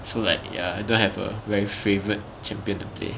so like ya don't have a very favourite champion to play